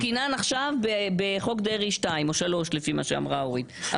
הכול בסדר אבל אנחנו עסקינן עכשיו בחוק דרעי 2 או 3 לפי מה שאמרה אורית.